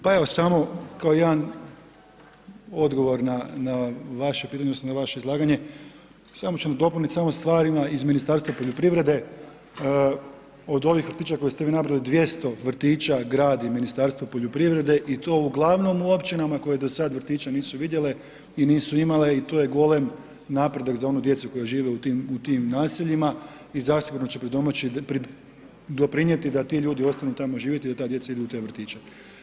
Pa evo, samo kao jedan odgovor na vaše izlaganje, samo ću dopuniti samo stvarima iz Ministarstva poljoprivrede, od ovih priča koje ste vi nabrojali, 200 vrtića gradi Ministarstvo poljoprivrede i to uglavnom u općinama koje do sada vrtića nisu vidjele i nisu imale i to je golem napredak za onu djecu koju žive u tim naseljima i zasigurno će doprinijeti da ti ljudi ostanu tamo živjeti i da ta djeca idu u te vrtiće.